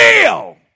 Deal